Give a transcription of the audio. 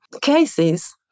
cases